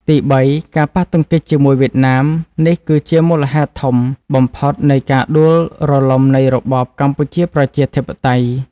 ទីបី ការប៉ះទង្គិចជាមួយវៀតណាម នេះគឺជាមូលហេតុធំបំផុតនៃការដួលរលំនៃរបបកម្ពុជាប្រជាធិបតេយ្យ។